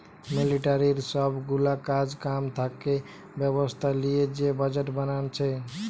মিলিটারির সব গুলা কাজ কাম থাকা ব্যবস্থা লিয়ে যে বাজেট বানাচ্ছে